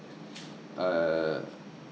uh